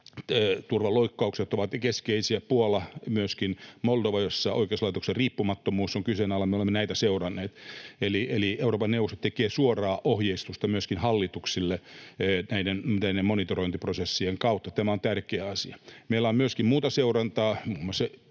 loukkaukset ovat keskeisiä; Puola ja myöskin Moldova, joissa oikeuslaitoksen riippumattomuus on kyseenalaista — me olemme näitä seuranneet. Eli Euroopan neuvosto tekee suoraa ohjeistusta myöskin hallituksille näiden monitorointiprosessien kautta. Tämä on tärkeä asia. Meillä on myöskin muuta seurantaa.